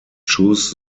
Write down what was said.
choose